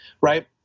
right